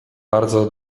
bardzo